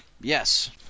Yes